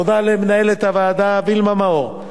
תודה למנהלת הוועדה וילמה מאור,